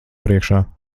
priekšā